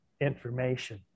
information